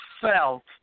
felt